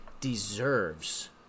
deserves